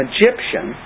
Egyptian